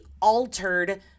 altered